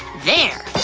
there!